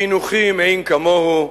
חינוכי מאין כמוהו.